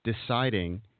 deciding